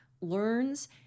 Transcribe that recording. learns